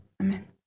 Amen